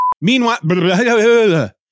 Meanwhile